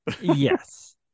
yes